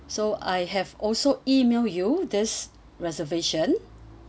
so I have also emailed you this reservation